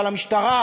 על המשטרה,